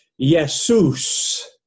Jesus